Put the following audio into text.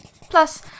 Plus